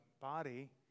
body